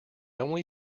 only